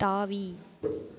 தாவி